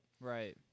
Right